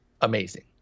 amazing